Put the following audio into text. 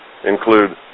Include